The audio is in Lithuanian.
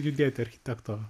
girdėti architekto